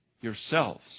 yourselves